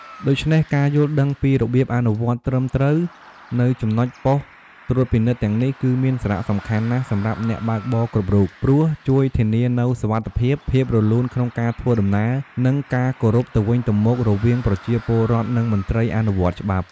ដូច្នេះការយល់ដឹងពីរបៀបអនុវត្តត្រឹមត្រូវនៅចំណុចប៉ុស្តិ៍ត្រួតពិនិត្យទាំងនេះ គឺមានសារៈសំខាន់ណាស់សម្រាប់អ្នកបើកបរគ្រប់រូប ព្រោះជួយធានានូវសុវត្ថិភាព ភាពរលូនក្នុងការធ្វើដំណើរ និងការគោរពទៅវិញទៅមករវាងប្រជាពលរដ្ឋ និងមន្ត្រីអនុវត្តច្បាប់។។